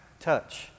touch